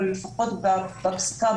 אבל לפחות בפסיקה,